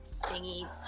thingy